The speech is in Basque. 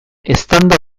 eztanda